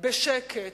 בשקט,